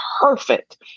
perfect